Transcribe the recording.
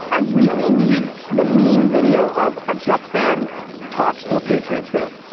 i really need the meme video of a jets fan talks to a patriots fan.